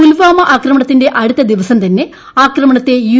പുൽവാമ ആക്രമണത്തിന്റെ അടുത്ത ദിവസം തന്നെ ആക്രമണത്തെ യു